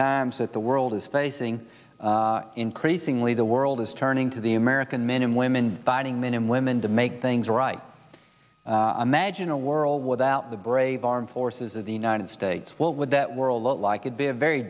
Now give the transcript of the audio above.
times that the world is facing increasingly the world is turning to the american men and women fighting men and women to make things right i imagine a world without the brave armed forces of the united states what would that world look like would be a very